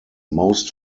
most